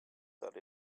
that